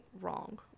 wrong